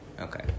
Okay